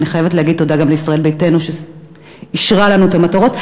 ואני חייבת להגיד תודה גם לישראל ביתנו שאישרה לנו את המטרות.